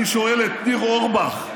אני שואל את ניר אורבך,